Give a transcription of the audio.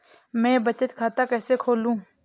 मैं बचत खाता कैसे खोलूँ?